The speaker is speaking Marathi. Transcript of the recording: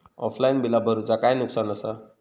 ऑफलाइन बिला भरूचा काय नुकसान आसा?